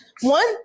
one